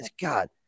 God